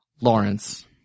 Lawrence